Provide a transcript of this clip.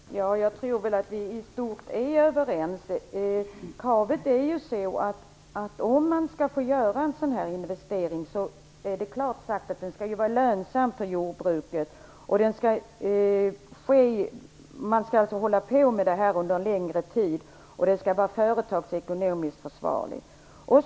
Fru talman! Jag tror att vi i stort är överens. Om en sådan här investering skall genomföras är kravet att det skall vara lönsamt för jordbruket, att verksamheten skall pågå under en längre tid och att det skall vara företagsekonomiskt försvarbart.